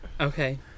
Okay